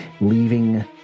leaving